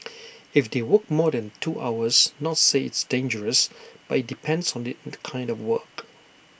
if they work more than two hours not say it's dangerous but IT depends on the kind of work